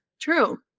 True